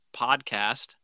podcast